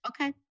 okay